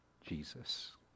Jesus